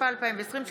התשפ"א 2020,